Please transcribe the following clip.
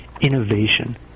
innovation